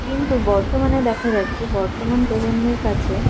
কিন্তু বর্তমানে দেখা যাচ্ছে বর্তমান প্রজন্মের কাছে